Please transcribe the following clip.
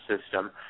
System